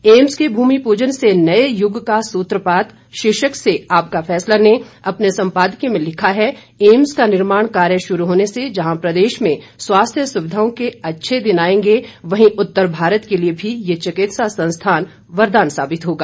AIIMS के भूमि पूजन से नए युग का सूत्रपात शीर्षक से आपका फैसला ने अपने संपादकीय में लिखा है एम्स का निर्माण कार्य शुरू होने से जहां प्रदेश में स्वास्थ्य सुविधाओं के अच्छे दिन आएंगे वहीं उत्तर भारत के लिए भी यह चिकित्सा संस्थान वरदान साबित होगा